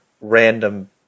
random